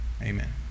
amen